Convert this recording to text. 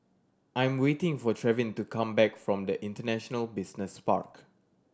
I'm waiting for Trevin to come back from the International Business Park